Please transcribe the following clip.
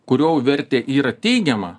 kurio vertė yra teigiama